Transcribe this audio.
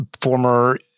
former